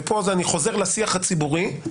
ופה אני חוזר לשיח הציבורי,